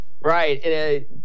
Right